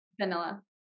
Vanilla